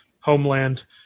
homeland